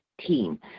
team